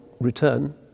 return